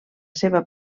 seva